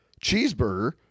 cheeseburger